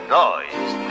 noise